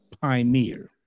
pioneer